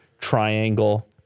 Triangle